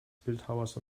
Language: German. bildhauers